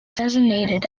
designated